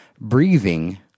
breathing